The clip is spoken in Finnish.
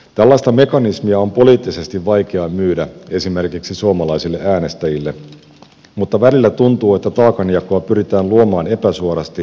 tällaista mekanismia on poliittisesti vaikea myydä esimerkiksi suomalaisille äänestäjille mutta välillä tuntuu että taakanjakoa pyritään luomaan epäsuorasti ja pala kerrallaan